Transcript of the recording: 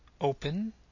open